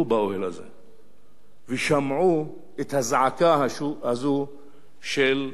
ושמעו את הזעקה הזו של דאלית-אל-כרמל.